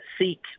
seek